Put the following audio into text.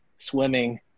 swimming